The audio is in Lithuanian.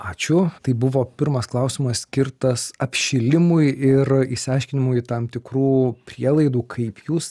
ačiū tai buvo pirmas klausimas skirtas apšilimui ir išsiaiškinimui tam tikrų prielaidų kaip jūs